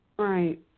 Right